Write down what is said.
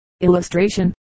Illustration